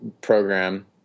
program